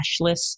cashless